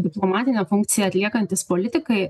diplomatinę funkciją atliekantys politikai